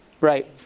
Right